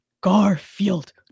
Garfield